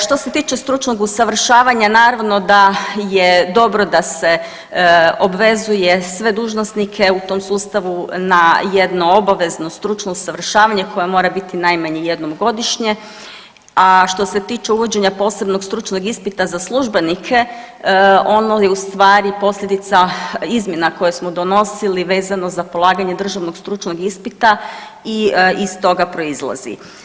Što se tiče stručnog usavršavanja naravno da je dobro da se obvezuje sve dužnosnike u tom sustavu na jedno obavezno stručno usavršavanje koje mora biti najmanje jednom godišnje, a što se tiče uvođenja posebnog stručnog ispita za službenike ono je u stvari posljedica izmjena koje smo donosili vezano za polaganje državnog stručnog ispita i iz toga proizlazi.